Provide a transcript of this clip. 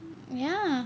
ya